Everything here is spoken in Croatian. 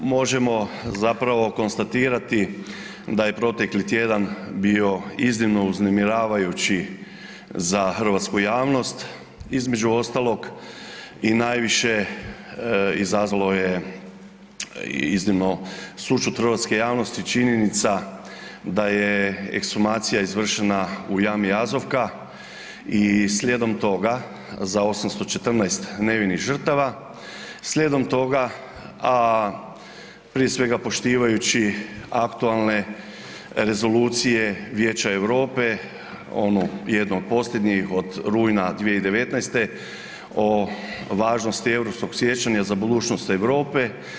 Možemo zapravo konstatirati da je protekli tjedan bio iznimno uznemiravajući za hrvatsku javnost, između ostalog i najviše izazvalo je iznimno sućut hrvatske javnosti činjenica da je ekshumacija izvršena u jami „Jazovka“ i slijedom toga za 814 nevinih žrtava, slijedom toga, a prije svega poštivajući aktualne rezolucije Vijeća Europe jednu od posljednjih od rujna 2019. o važnosti europskog sjećanja za budućnost Europe.